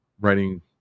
writing